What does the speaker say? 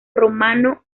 romano